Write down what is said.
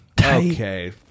Okay